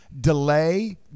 delay